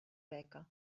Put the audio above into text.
beca